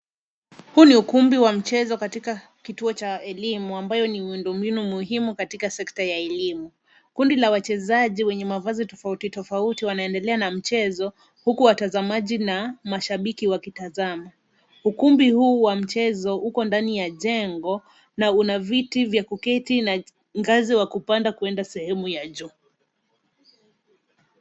Huu ni ukumbi wa mchezo katika kituo cha elimu ambayo ni miundombinu muhimu katika sekta ya elimu. Kundi la wachezaji wenye mavazi tofautitofauti wanaendelea na mchezo huku watazamaji na mashabiki wakitazama. Ukumbi huu wa mchezo uko ndani ya jengo na una viti vya kuketi na ngazi ya kupanda kwenda sehemu ya juu.